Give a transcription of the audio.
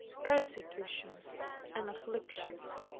persecutions and afflictions.